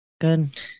Good